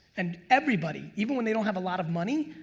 and everybody, even when they don't have a lot of money,